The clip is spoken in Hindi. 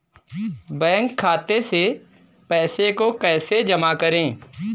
बैंक खाते से पैसे को कैसे जमा करें?